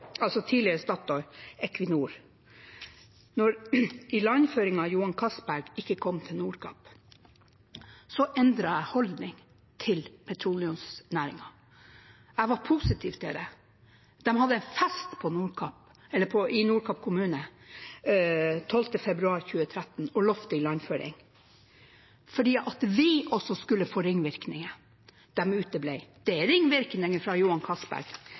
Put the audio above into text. tidligere Statoil, Equinor. Da ilandføring av Johan Castberg ikke kom til Nordkapp, endret jeg holdning til petroleumsnæringen. Jeg var positiv til det. De hadde fest i Nordkapp kommune 12. februar 2013 og lovte ilandføring, for vi skulle også få ringvirkninger. De uteble. Det er ringvirkninger fra Johan Castberg,